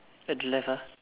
at the left ah